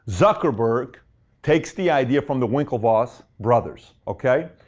zuckerberg takes the idea from the winklevoss brothers. okay?